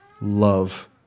love